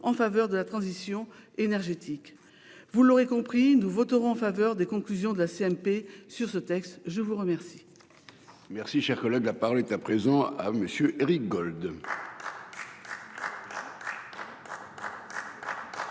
en faveur de la transition énergétique. Vous l'aurez compris, nous voterons en faveur des conclusions de la CMP sur ce texte. La parole